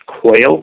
quail